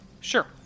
Sure